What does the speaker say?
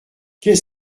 qu’est